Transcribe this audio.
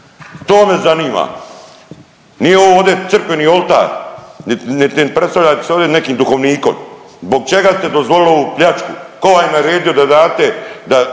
To me zanima. Nije ovo ovde crkveni oltar, niti predstavljate se ovdje nekim duhovnikom. Zbog čega ste dozvolili ovu pljačku? Tko vam je naredio da date